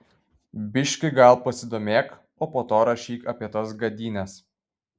biški gal pasidomėk o po to rašyk apie tas gadynes